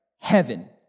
heaven